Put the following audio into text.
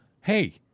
Hey